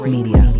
Media